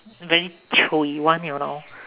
very 脆 one you know